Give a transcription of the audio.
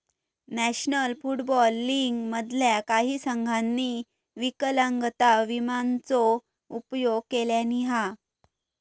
national Football League मधल्या काही संघांनी विकलांगता विम्याचो उपयोग केल्यानी हा